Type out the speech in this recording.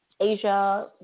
Asia